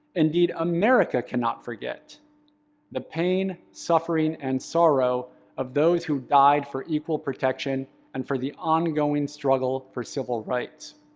indeed, america cannot forget the pain, suffering, and sorrow of those who died for equal protection and for the ongoing struggle for civil rights.